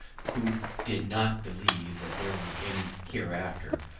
who did not believe that there was any hereafter,